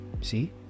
See